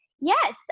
Yes